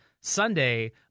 Sunday